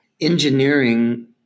engineering